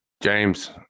James